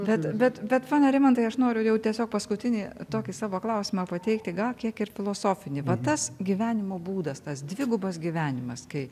bet bet bet pone rimantai aš noriu jau tiesiog paskutinį tokį savo klausimą pateikti gal kiek ir filosofinį va tas gyvenimo būdas tas dvigubas gyvenimas kai